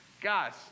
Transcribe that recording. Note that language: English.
Guys